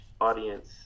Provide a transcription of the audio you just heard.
audience